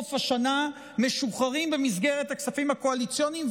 סוף השנה משוחררים במסגרת הכספים הקואליציוניים,